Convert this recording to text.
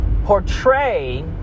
portray